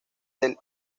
del